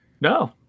No